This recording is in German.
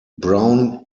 brown